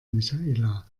michaela